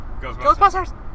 Ghostbusters